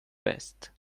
vest